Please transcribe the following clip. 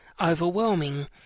overwhelming